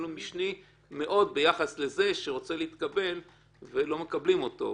אבל הוא משני מאוד ביחס לזה שרוצה להתקבל ולא מקבלים אותו.